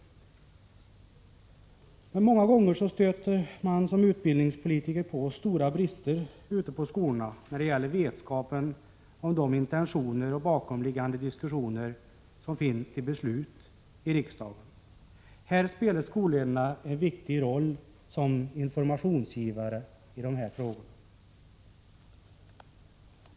Många gånger stöter man som utbildningspolitiker på stora brister ute på skolorna när det gäller vetskapen om de intentioner och diskussioner som ligger bakom beslut i riksdagen. Skolledare spelar här en viktig roll som informationsgivare.